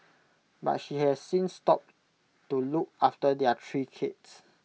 but she has since stopped to look after their three kids